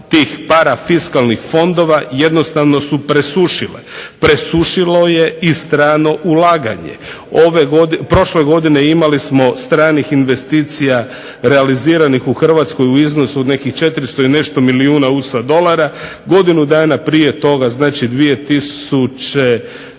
tih parafiskalnih fondova jednostavno su presušile, presušilo je i strano ulaganje. Prošle godine imali smo stranih investicija realiziranih u Hrvatskoj u iznosu od nekih 400 i nešto milijuna USA dolara, godinu dana prije toga znači 2009.